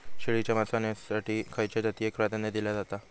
शेळीच्या मांसाएसाठी खयच्या जातीएक प्राधान्य दिला जाता?